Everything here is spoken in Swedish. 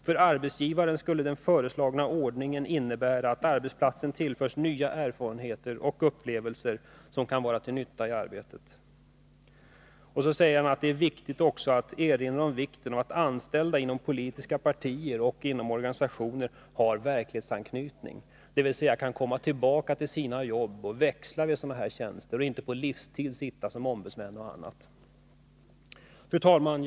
För arbetsgivaren skulle den föreslagna ordningen innebära att arbetsplatsen tillförs nya erfarenheter och upplevelser som kan vara till nytta i arbetet.” I reservationen erinras också om vikten av att de anställda inom politiska partier och inom organisationer har en verklighetsanknytning, dvs. att de kan komma tillbaka till sina jobb, växla mellan ordinarie arbete och arbetet inom organisationen och inte sitta på livstid på en tjänst som ombudsman eller liknande. Fru talman!